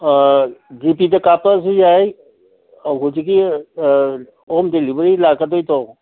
ꯑꯥ ꯖꯤ ꯄꯦꯗ ꯀꯥꯞꯂꯛꯂꯁꯨ ꯌꯥꯏ ꯑꯧ ꯍꯧꯖꯤꯛꯀꯤ ꯍꯣꯝ ꯗꯤꯂꯤꯕꯔꯤ ꯂꯥꯛꯀꯗꯣꯏꯗꯣ